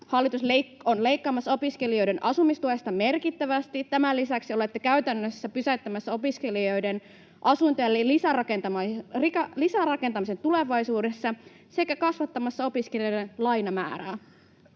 hallitus on leikkaamassa opiskelijoiden asumistuesta merkittävästi ja tämän lisäksi olette käytännössä pysäyttämässä opiskelijoiden asuntojen lisärakentamisen tulevaisuudesta sekä kasvattamassa opiskelijoiden lainamäärää.